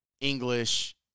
English